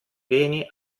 beni